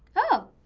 oh,